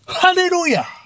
Hallelujah